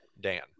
dan